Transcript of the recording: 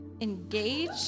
Engage